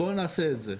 בואו נעשה את זה,